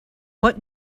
what